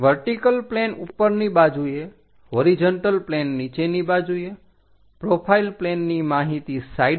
vertical plane ઉપરની બાજુએ horizontal plane નીચેની બાજુએ પ્રોફાઇલ પ્લેનની માહિતી સાઈડ પર